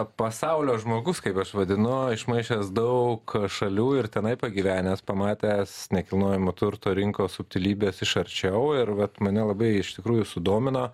pasaulio žmogus kaip aš vadinu išmaišęs daug šalių ir tenai pagyvenęs pamatęs nekilnojamo turto rinkos subtilybes iš arčiau ir vat mane labai iš tikrųjų sudomino